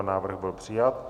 Návrh byl přijat.